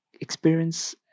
experience